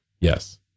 Yes